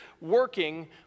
working